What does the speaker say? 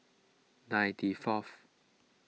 ninety fourth